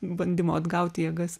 bandymo atgauti jėgas